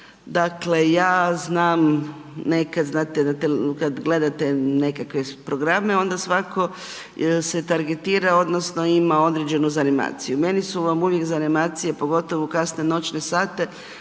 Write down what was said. Dakle, ja znam nekad znate, kad gledate neke programe, onda svatko se targetira odnosno ima određenu zanimaciju. Meni su zanimacije pogotovo u kasne noćne sate,